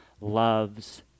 loves